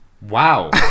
Wow